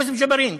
יוסף ג'בארין,